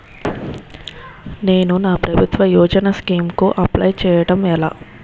నేను నా ప్రభుత్వ యోజన స్కీం కు అప్లై చేయడం ఎలా?